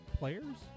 players